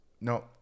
No